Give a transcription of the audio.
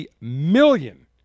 million